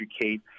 educate